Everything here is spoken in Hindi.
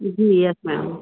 ji ma'am yes ma'am